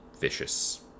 vicious